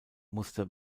musste